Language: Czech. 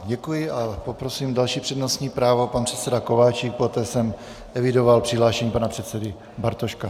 Děkuji a poprosím další přednostní právo, pan předseda Kováčik, poté jsem evidoval přihlášení pana předsedy Bartoška.